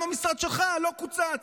שגם המשרד שלך לא קוצץ.